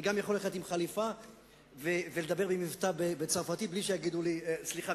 אני גם יכול ללכת עם חליפה ולדבר במבטא צרפתי בלי שיגידו לי: סליחה,